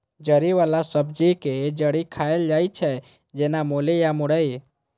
जड़ि बला सब्जी के जड़ि खाएल जाइ छै, जेना मूली या मुरइ